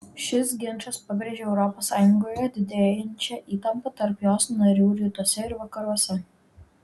šis ginčas pabrėžė europos sąjungoje didėjančią įtampą tarp jos narių rytuose ir vakaruose